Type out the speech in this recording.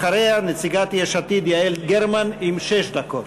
אחריה, נציגת יש עתיד יעל גרמן, שש דקות.